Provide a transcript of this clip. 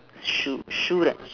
shoe shoe uh